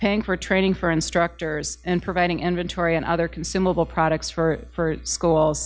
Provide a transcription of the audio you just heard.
paying for training for instructors and providing inventory and other consumable products for school